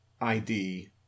id